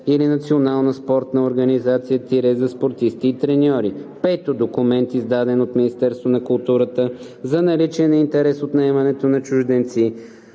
или национална спортна организация – за спортисти и треньори; 5. документ, издаден от Министерството на културата, за наличие на интерес от наемането на чужденци